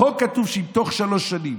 בחוק כתוב שאם תוך שלוש שנים